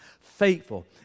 faithful